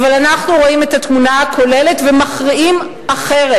אבל אנחנו רואים את התמונה הכוללת ומכריעים אחרת,